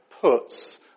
puts